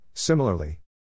Similarly